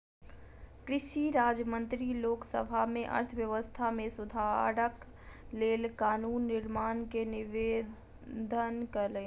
कृषि राज्य मंत्री लोक सभा में अर्थव्यवस्था में सुधारक लेल कानून निर्माण के निवेदन कयलैन